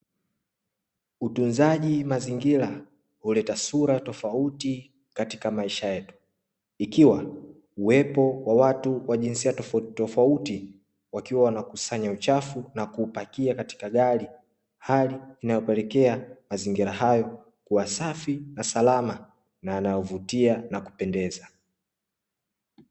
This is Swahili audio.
Utunzaji mazingira huleta sura tofauti katika maisha yetu, ikiwa uwepo wa watu wa jinsia tofautitofauti wakiwa wanakusanya uchafu na kuupakia katika gari, hali inayopelekea mazingira hayo wasafi na salama na yanayovutia na kupendeza